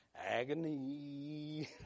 agony